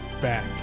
back